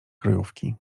kryjówki